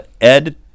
Ed